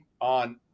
on